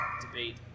debate